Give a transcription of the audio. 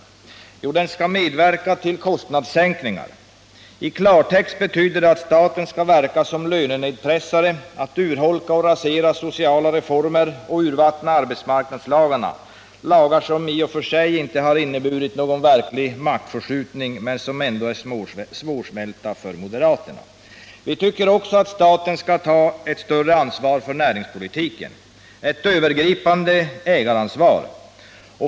Jo, att staten skall medverka till kostnadssänkningar. I klartext betyder det att staten skall verka som lönenedpressare, att staten skall urholka och rasera sociala reformer och urvattna arbetsmarknadslagarna, lagar som i och för sig inte har inneburit någon verklig maktförskjutning men som likväl är svårsmälta för moderaterna. Vi tycker också att staten skall ta ett större ansvar för näringspolitiken, ett övergripande ägaransvar.